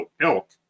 elk